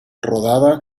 rodada